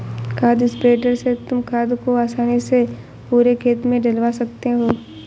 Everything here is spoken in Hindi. खाद स्प्रेडर से तुम खाद को आसानी से पूरे खेत में डलवा सकते हो